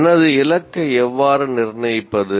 எனது இலக்கை எவ்வாறு நிர்ணயிப்பது